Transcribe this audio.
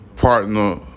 partner